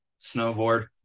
snowboard